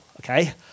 okay